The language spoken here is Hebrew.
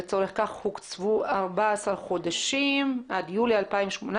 לצורך כך קוצבו 14 חודשים עד יולי 2018,